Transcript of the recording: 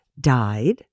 died